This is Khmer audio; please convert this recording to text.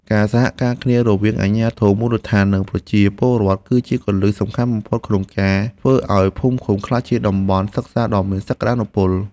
ការសហការគ្នារវាងអាជ្ញាធរមូលដ្ឋាននិងប្រជាពលរដ្ឋ គឺជាគន្លឹះសំខាន់បំផុតក្នុងការធ្វើឱ្យភូមិឃុំក្លាយជាតំបន់សិក្សាដ៏មានសក្តានុពល។